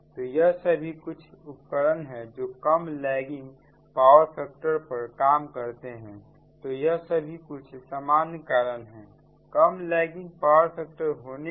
तो यह सभी कुछ उपकरण है जो कम लैगिंग पावर फैक्टर पर काम करते हैं तो यह सभी कुछ सामान्य कारण है कम लैगिंग पावर फैक्टर होने के